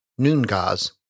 Noongars